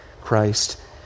Christ